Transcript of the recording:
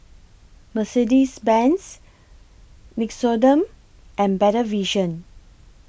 Mercedes Benz Nixoderm and Better Vision